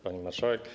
Pani Marszałek!